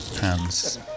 hands